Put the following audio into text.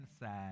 inside